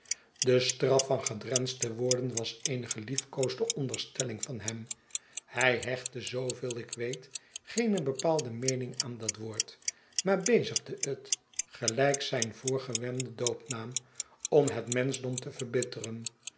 de straf van gedrensd te worden was eene geliefkoosde ondersteiling van hem hij hechtte zooveel ik weet geene bepaalde meening aan dat woord maar bezigde het gelyk zijn voorgewenden doopnaam om het menschdom te verbitteren